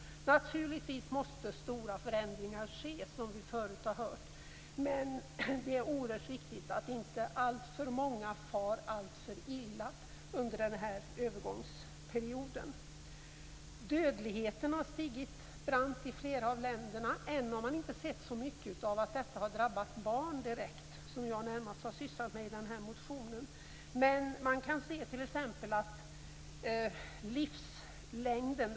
Naturligtvis måste stora förändringar ske. Men det är oerhört viktigt att inte alltför många far alltför illa under övergångsperioden. Dödligheten har stigit brant i flera av länderna, även om det inte direkt har drabbat barnen - som jag närmast tar upp i motionen.